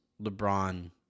LeBron